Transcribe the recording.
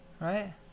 Right